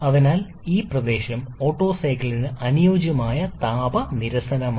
അതിനാൽ ഈ പ്രദേശം ഓട്ടോ സൈക്കിളിന് അനുയോജ്യമായ താപ നിരസനമാണ്